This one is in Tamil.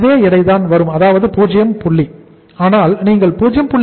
அதே எடை தான் வரும் அதாவது 0 புள்ளி ஆனால் நீங்கள் 0